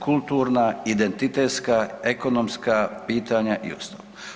Kulturna identitetska, ekonomska pitanja i ostalo.